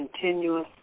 Continuous